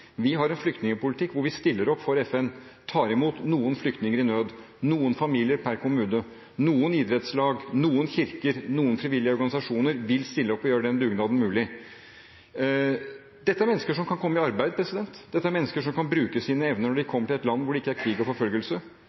Vi har en flyktningpolitikk hvor vi stiller opp for FN, tar imot noen flyktninger i nød, noen familier per kommune. Noen idrettslag, noen kirker, noen frivillige organisasjoner vil stille opp og gjøre den dugnaden mulig. Dette er mennesker som kan komme i arbeid, dette er mennesker som kan bruke sine evner når de kommer til et land hvor det ikke er krig og forfølgelse.